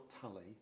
tally